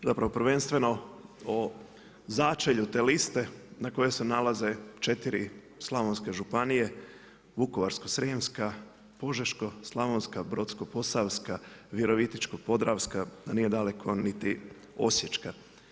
Prvenstveno o začelju te liste, na kojem se nalaze 4 slavonske županije, Vukovarsko-srijemska, Požeško-slavonska, Brodsko-posavska, Virovitičko-podravska, a nije daleko niti Osječka.